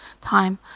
time